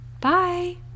Bye